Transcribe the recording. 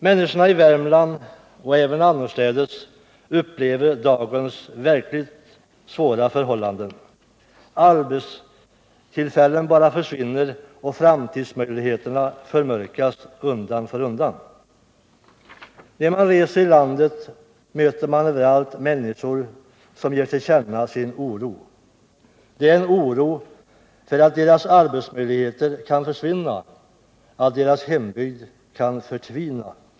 Människorna i Värmland — och även annorstädes — upplever förhållandena i dag som verkligt svåra. Arbetstillfällen bara försvinner, och framtidsmöjligheterna förmörkas undan för undan. När man reser i landet möter man överallt människor som ger sin oro till känna. Det är en oro för att deras arbetsmöjligheter kan försvinna, deras hembygd förtvina.